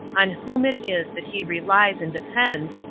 on whom it is that he relies and depends,